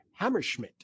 Hammerschmidt